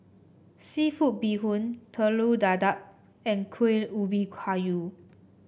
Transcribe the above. seafood Bee Hoon Telur Dadah and Kueh Ubi Kayu